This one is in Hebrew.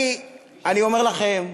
אני אומר לכם,